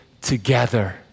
together